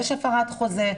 יש הפרת חוזה,